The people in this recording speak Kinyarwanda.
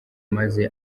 maze